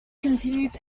continued